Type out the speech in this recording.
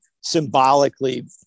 symbolically